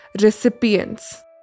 recipients